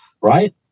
right